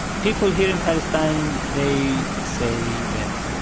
people here in palestine, they say that,